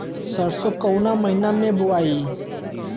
सरसो काउना महीना मे बोआई?